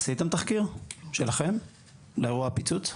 עשיתם תחקיר שלכם לאירוע הפיצוץ?